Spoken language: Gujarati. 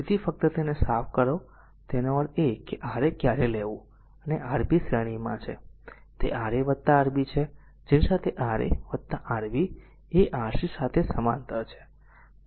તેથી ફક્ત તેને સાફ કરો તેનો અર્થ એ છે કે a a Ra ક્યારે લેવું અને Rb શ્રેણીમાં છે અને તે Ra Rb છે જેની સાથે Ra Rb એ Rc સાથે સમાંતર છે